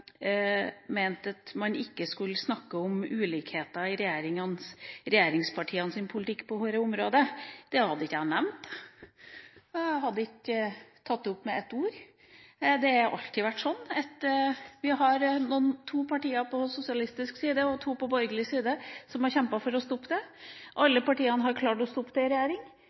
mente at man ikke skulle snakke om ulikheter i regjeringspartienes politikk på området. Det hadde jeg ikke nevnt. Jeg hadde ikke tatt det opp med ett ord. Det har alltid vært sånn at vi har to partier på sosialistisk side og to på borgerlig side som har kjempet for å stoppe utbygging. Alle disse partiene har klart å stoppe det i regjering.